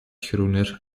groener